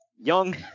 Young